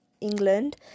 England